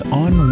on